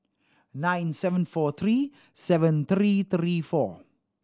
nine seven four three seven three three four